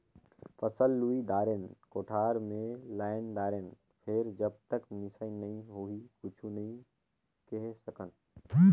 फसल लुई दारेन, कोठार मे लायन दारेन फेर जब तक मिसई नइ होही कुछु नइ केहे सकन